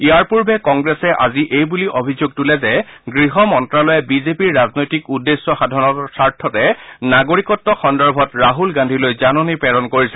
ইয়াৰ পূৰ্বে কংগ্ৰেছে আজি এই বুলি অভিযোগ তোলে যে গৃহ মন্ত্যালয়ে বিজেপিৰ ৰাজনৈতিক উদ্দেশ্য সাধনৰ স্বাৰ্থতে নাগৰিকত্ব সন্দৰ্ভত ৰাছল গান্ধীলৈ জাননী প্ৰেৰণ কৰিছে